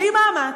בלי מאמץ.